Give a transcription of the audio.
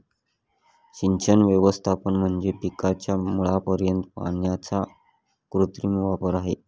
सिंचन व्यवस्थापन म्हणजे पिकाच्या मुळापर्यंत पाण्याचा कृत्रिम वापर आहे